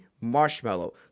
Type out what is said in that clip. marshmallow